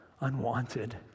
unwanted